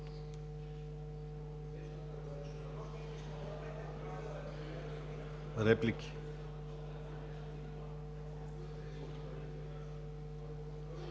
Реплики?